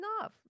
enough